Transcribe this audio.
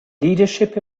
leadership